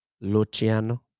Luciano